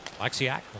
Alexiak